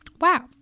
Wow